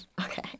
Okay